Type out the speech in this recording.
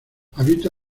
habita